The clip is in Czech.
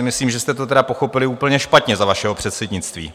Myslím si, že jste to tedy pochopili úplně špatně za vašeho předsednictví.